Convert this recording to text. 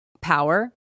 power